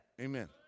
Amen